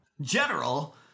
General